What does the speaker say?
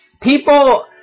people